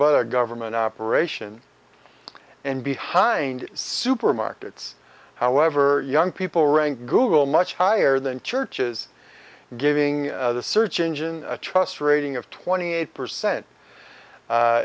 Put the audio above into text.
a government operation and behind supermarkets however young people rank google much higher than churches giving the search engine a trust rating of twenty eight percent a